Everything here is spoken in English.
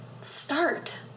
Start